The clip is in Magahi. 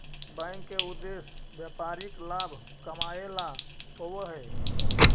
बैंक के उद्देश्य व्यापारिक लाभ कमाएला होववऽ हइ